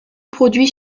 produit